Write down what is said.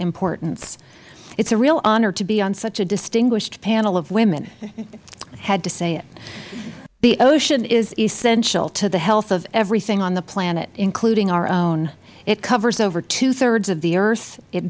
importance it is a real honor to be on such a distinguished panel of women i had to say it the ocean is essential to the health of everything on the planet including our own it covers over two thirds of the earth it